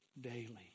daily